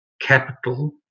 capital